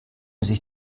sich